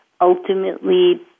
ultimately